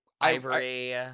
Ivory